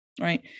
Right